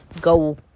go